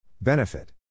Benefit